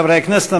חברי הכנסת,